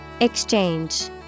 Exchange